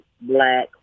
black